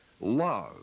love